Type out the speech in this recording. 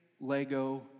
Lego